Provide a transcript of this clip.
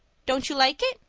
don't you like it?